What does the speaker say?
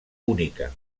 única